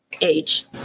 age